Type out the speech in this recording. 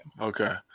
Okay